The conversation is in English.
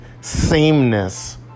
sameness